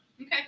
Okay